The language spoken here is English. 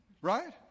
right